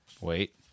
Wait